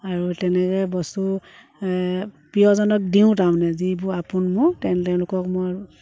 আৰু তেনেকৈ বস্তু প্ৰিয়জনক দিওঁ তাৰমানে যিবোৰ আপোন মোৰ তেওঁলোকক মই